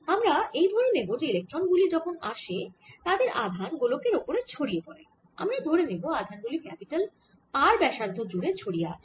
আমরা এই ধরে নেব যে ইলেক্ট্রন গুলি যখন আসে তাদের আধান গোলকের ওপরে ছড়িয়ে পড়ে আমরা ধরে নেব আধান গুলি ক্যাপিটাল R ব্যাসার্ধ জুড়ে ছড়িয়ে আছে